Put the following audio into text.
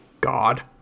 God